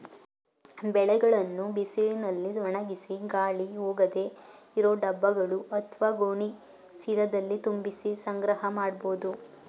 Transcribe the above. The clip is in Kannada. ಬೆಳೆಗಳನ್ನು ಬಿಸಿಲಿನಲ್ಲಿ ಒಣಗಿಸಿ ಗಾಳಿ ಹೋಗದೇ ಇರೋ ಡಬ್ಬಗಳು ಅತ್ವ ಗೋಣಿ ಚೀಲದಲ್ಲಿ ತುಂಬಿಸಿ ಸಂಗ್ರಹ ಮಾಡ್ಬೋದು